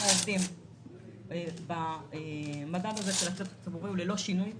מספר העובדים במדד של הסקטור הציבורי הוא ללא שינוי.